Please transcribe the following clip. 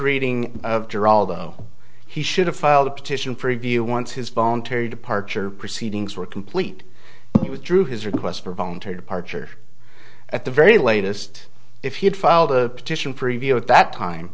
reading of geraldo he should have filed a petition for review once his voluntary departure proceedings were complete he withdrew his request for voluntary departure at the very latest if he'd filed a petition for review at that time